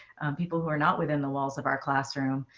people who are not within the walls of our classroom.